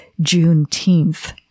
Juneteenth